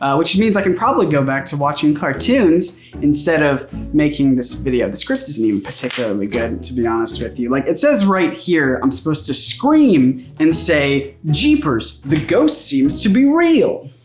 which means i can probably go back to watching cartoons instead of making this video. the script isn't even particularly good and to be honest with you, like it says right here, i'm supposed to scream and say jeepers, the ghost seems to be real!